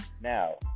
Now